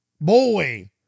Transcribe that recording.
Boy